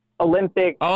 olympic